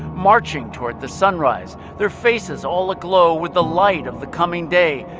marching toward the sunrise, their faces all aglow with the light of the coming day.